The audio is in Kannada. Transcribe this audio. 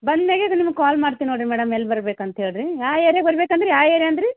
ಬಂದ ಮ್ಯಾಲೆ ಇದು ನಿಮಗೆ ಕಾಲ್ ಮಾಡ್ತೇನೆ ನೋಡಿರಿ ಮೇಡಮ್ ಎಲ್ಲಿ ಬರ್ಬೇಕು ಅಂತ ಹೇಳಿರಿ ಯಾವ ಏರಿಯಾಗೆ ಬರ್ಬೇಕು ಅಂದಿರಿ ಯಾವ ಏರಿಯಾ ಅಂದಿರಿ